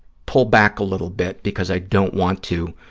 pull back a little bit because i don't want to